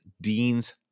Dean's